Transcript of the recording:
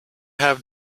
have